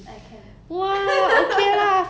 I can